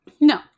No